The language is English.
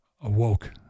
awoke